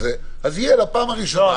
אז יהיה לפעם הראשונה.